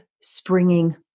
springing